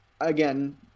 again